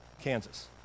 Kansas